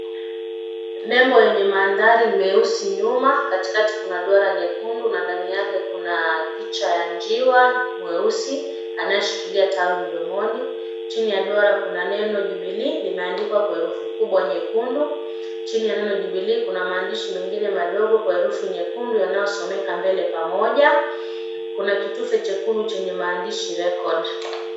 Nembo yenye mandhari meusi nyuma, katikati kuna duara nyekundu na ndani yake kuna picha ya njiwa mweusi, anayeshikilia tawi mdomoni, chini ya duara kuna neno Jubilee limeandikwa kwa herufi kubwa nyekundu. Chini ya neno jubilee kuna maandishi mengine madogo kwa herufi nyekundu yanayosomeka- mbele pamoja, kuna kitufe chekundu chenye maandishi record .